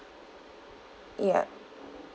ya